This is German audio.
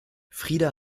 frida